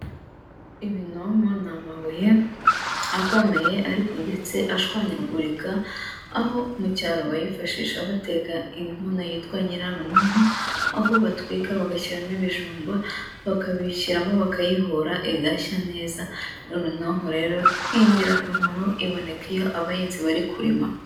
Ibinonko ni amabuye akomeye ariko ndetse ashwanyagurika, aho mu cyaro bayifashisha bateka inkono yitwa nyirarunonko, aho batwika bagashyiramo ibijumba, bakabishyiramo bakayihura igashyaya neza, nyirarunonko rero ni ingirakamaro, iboneka iyo abahinzi bari kurima.